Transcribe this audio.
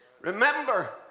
Remember